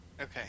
Okay